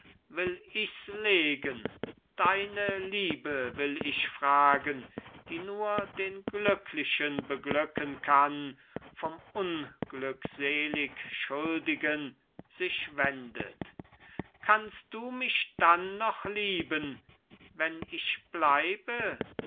will ichs legen deine liebe will ich fragen die nur den glücklichen beglücken kann vom unglückselig schuldigen sich wendet kannst du mich dann noch lieben wenn ich bleibe